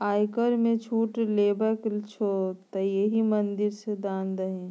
आयकर मे छूट लेबाक छौ तँ एहि मंदिर मे दान दही